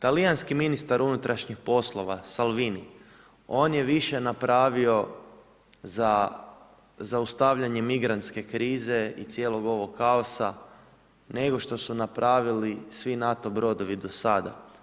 Talijanski ministar unutarnjih poslova Salvini, on je više napravio za zaustavljanje migrantske krize i cijelog ovog kaosa nego što su napravili svi NATO brodovi do sada.